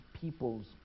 peoples